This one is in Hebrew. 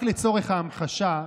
רק לצורך ההמחשה,